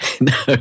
no